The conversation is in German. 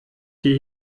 die